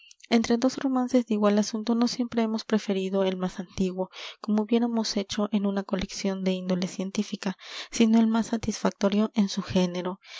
entre dos romances de igual asunto no siempre hemos preferido el más antiguo como hubiéramos hecho en una colección de índole científica sino el más satisfactorio en su género